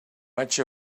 much